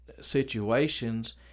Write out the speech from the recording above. situations